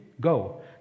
Go